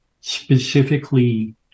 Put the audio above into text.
specifically